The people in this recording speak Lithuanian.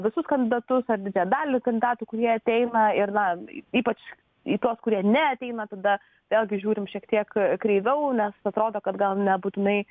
visus kandidatus ar didžiąją dalį kandidatų kurie ateina ir na ypač į tuos kurie neateina tada vėlgi žiūrim šiek tiek kreiviau nes atrodo kad gal nebūtinai